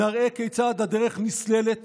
נראה כיצד הדרך נסללת